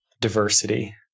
diversity